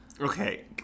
Okay